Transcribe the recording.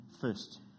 first